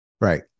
Right